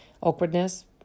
Awkwardness